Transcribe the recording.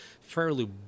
fairly